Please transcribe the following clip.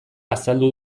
azaldu